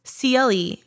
CLE